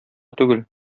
түгел